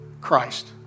Christ